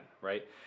right